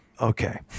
okay